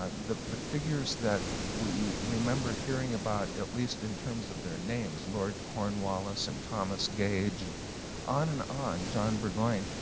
the the figures that we remember hearing about at least in terms of their names, lord cornwallis and thomas gage and on and on, john burgoyne,